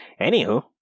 Anywho